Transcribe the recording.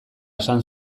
esan